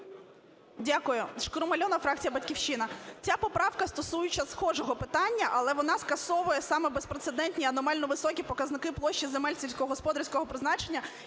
Дякую. Шкрум Альона, фракція "Батьківщина". Ця поправка стосується схожого питання. Але вона скасовує саме безпрецедентні і аномально високі показники площі земель сільськогосподарського призначення,